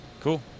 cool